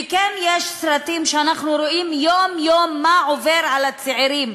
וכן יש סרטים שאנחנו רואים יום-יום מה עובר על הצעירים,